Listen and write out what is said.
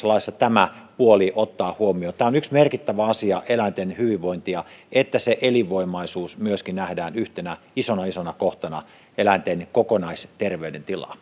laissa tämäkin puoli ottaa huomioon tämä on yksi merkittävä asia eläinten hyvinvointia että myöskin elinvoimaisuus nähdään yhtenä isona isona kohtana eläinten kokonaisterveydentilaa